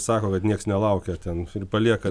sako kad nieks nelaukia ten ir palieka